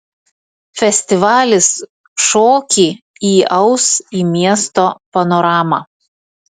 festivalis šokį įaus į miesto panoramą